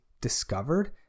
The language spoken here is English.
discovered